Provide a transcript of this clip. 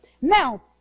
Now